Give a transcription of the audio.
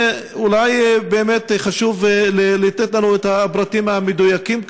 אולי באמת חשוב לתת לנו את הפרטים המדויקים כאן.